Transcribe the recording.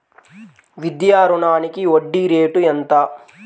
విద్యా రుణానికి వడ్డీ రేటు ఎంత?